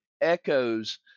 echoes